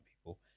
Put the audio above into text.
people